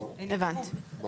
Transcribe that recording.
אני